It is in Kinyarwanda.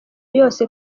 yose